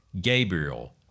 Gabriel